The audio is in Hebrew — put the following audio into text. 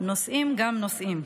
נושאים גם נושאים.